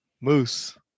Moose